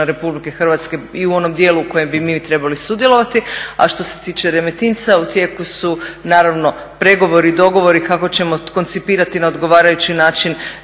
Republike Hrvatske i u onom dijelu u kojem bi mi trebali sudjelovati. A što se tiče Remetinca, u tijeku su, naravno pregovori i dogovori kako ćemo koncipirati na odgovarajući način